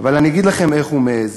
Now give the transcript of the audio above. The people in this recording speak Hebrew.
אבל אני אגיד לכם איך הוא מעז: